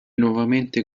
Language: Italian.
nuovamente